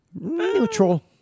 neutral